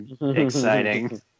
exciting